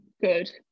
good